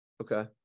Okay